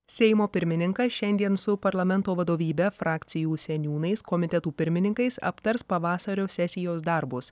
seimo pirmininkas šiandien su parlamento vadovybe frakcijų seniūnais komitetų pirmininkais aptars pavasario sesijos darbus